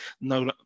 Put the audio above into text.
no